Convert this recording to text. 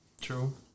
True